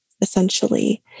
essentially